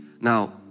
Now